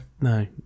No